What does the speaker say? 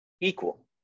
equal